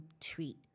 treat